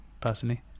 personally